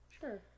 Sure